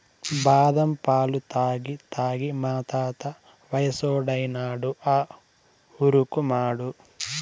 బాదం పాలు తాగి తాగి మా తాత వయసోడైనాడు ఆ ఊరుకుమాడు